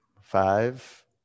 Five